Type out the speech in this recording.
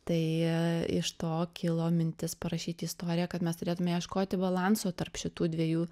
tai iš to kilo mintis parašyti istoriją kad mes turėtume ieškoti balanso tarp šitų dviejų